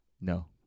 No